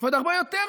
ועוד הרבה יותר מזה,